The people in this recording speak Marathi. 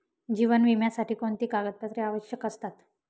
जीवन विम्यासाठी कोणती कागदपत्रे आवश्यक असतात?